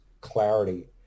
clarity